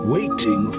Waiting